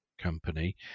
company